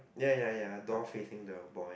ya ya ya doll facing the boy